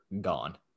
Gone